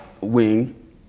wing